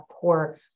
poor